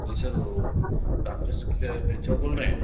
جی sir وہ رامجس کے principal بول رہے ہیں